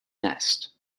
nest